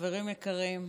חברים יקרים,